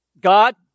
God